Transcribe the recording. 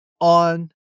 on